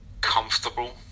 comfortable